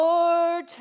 Lord